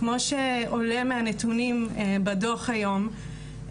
כמו שעולה מהנתונים בדוח היום,